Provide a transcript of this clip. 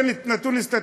זה נתון סטטיסטי.